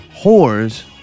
whores